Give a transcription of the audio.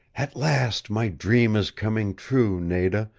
at last my dream is coming true, nada,